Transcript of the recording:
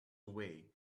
away